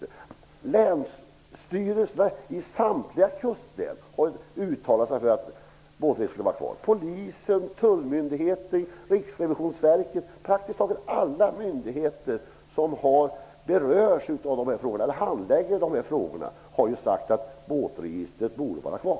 Men länsstyrelserna i samtliga kustlän har uttalat sig för att båtregistret skall vara kvar. Polisen, tullmyndigheter och Riksrevisionsverket -- dvs. praktiskt taget alla myndigheter som berörs av eller handlägger dessa frågor -- har sagt att båtregistret borde vara kvar.